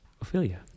Ophelia